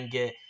get